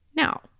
Now